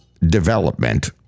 development